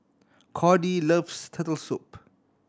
Cordie loves Turtle Soup